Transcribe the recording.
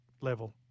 level